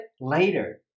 later